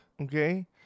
okay